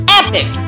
epic